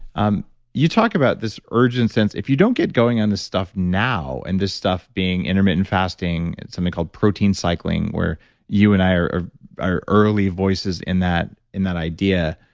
um you talk about this urgent sense, if you don't get going on this stuff now, and this stuff being intermittent fasting, and something called protein cycling where you and i are are early voices in that in that idea,